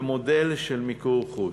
במודל של מיקור חוץ,